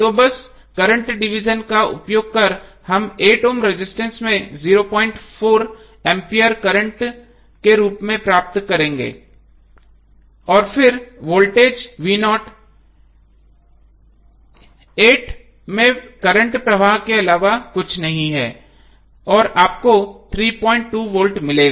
तो बस current division का उपयोग कर हम 8 ओम रजिस्टेंस में 04 एंपियर करंट के रूप में प्राप्त करेंगे और फिर वोल्टेज 8 में करंट प्रवाह के अलावा कुछ नहीं है और आपको 32 वोल्ट मिलेगा